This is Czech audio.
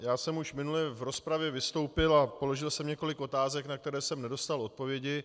Já jsem už minule v rozpravě vystoupil a položil jsem několik otázek, na které jsem nedostal odpovědi.